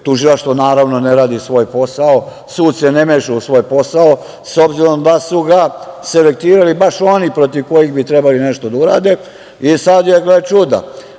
tužilaštvo, naravno, ne radi svoj posao, sud se ne meša u svoj posao, s obzirom da su ga selektirali baš oni protiv kojih bi trebali nešto da urade. I sad, gle čuda,